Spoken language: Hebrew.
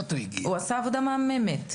הוא עושה עבודה מהממת.